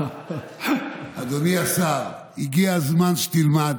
אדוני השר, הגיע הזמן שתלמד: